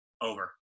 over